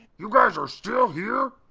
you guys are still here?